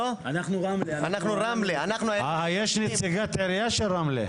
יש נציגת עירייה של רמלה,